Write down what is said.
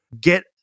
Get